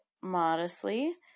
modestly